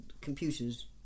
computers